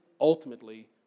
ultimately